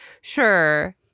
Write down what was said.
sure